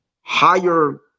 higher